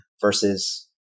versus